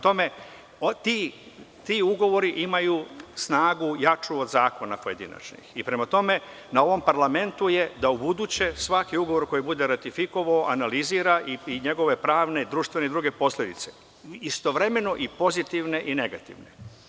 Ti ugovori imaju snagu jaču od pojedinačnih zakona i prema tome na ovom parlamentu je da ubuduće svaki ugovor koji bude ratifikovao analizira i njegove pravne, društvene i druge posledice, istovremeno i pozitivne i negativne.